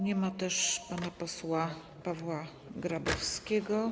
Nie ma też pana posła Pawła Grabowskiego.